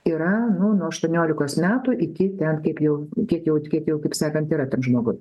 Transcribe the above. yra nu nuo aštuoniolikos metų iki ten taip jau kiek jau kiek jau taip sakant yra tik žmoguj